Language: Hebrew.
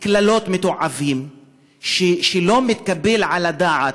קללות מתועבות שלא מתקבל על הדעת,